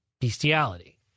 bestiality